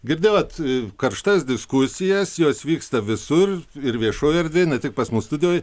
girdėjot karštas diskusijas jos vyksta visur ir viešoj erdvėj ne tik pas mus studijoj